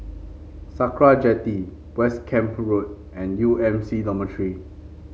Sakra Jetty West Camp Road and U M C Dormitory